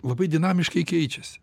labai dinamiškai keičiasi